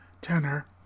tenor